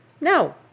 No